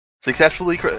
successfully